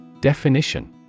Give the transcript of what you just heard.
Definition